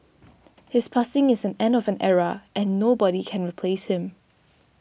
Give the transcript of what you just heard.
his passing is an end of an era and nobody can replace him